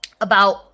about-